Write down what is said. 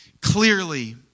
clearly